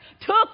took